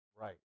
right